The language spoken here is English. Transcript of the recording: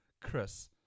Chris